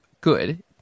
good